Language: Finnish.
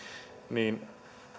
niin